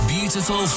Beautiful